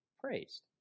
praised